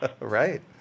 Right